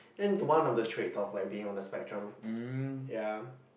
I think it's one of the traits of like being on the spectrum ya